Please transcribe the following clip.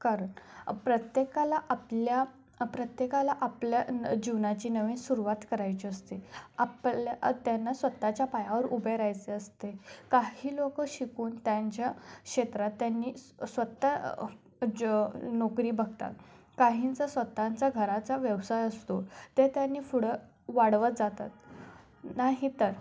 कारण प्रत्येकाला आपल्या प्रत्येकाला आपल्या न जीवनाची नवीन सुरवात करायची असते आपल्या त्यांना स्वतःच्या पायावर उभे रायचे असते काही लोकं शिकून त्यांच्या क्षेत्रात त्यांनी स्वतः ज नोकरी बघतात काहींचा स्वतःचा घराचा व्यवसाय असतो ते त्यांनी पुढं वाढवत जातात नाही तर